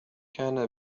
كان